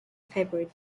favorite